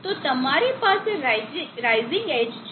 તો તમારી પાસે રાઇઝિંગ એજ છે